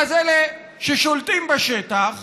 ואז אלה ששולטים בשטח,